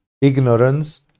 ignorance